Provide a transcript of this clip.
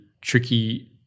tricky